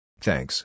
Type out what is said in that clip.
Thanks